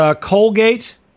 Colgate